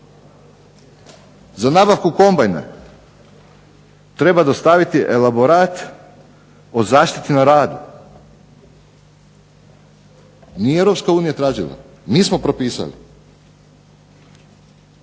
Za nabavku kombajna treba dostaviti elaborat o zaštiti na radu. Nije EU tražila, mi smo propisali.